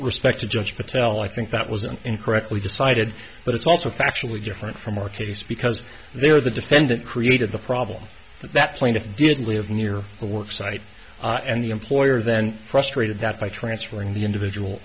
respect to judge patel i think that was an incorrectly decided but it's also factually different from our case because they're the defendant created the problem that plaintiff didn't live near the work site and the employer then frustrated that by transferring the individual